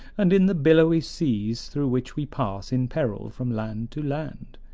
and in the billowy seas through which we pass in peril from land to land,